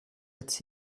mit